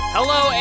Hello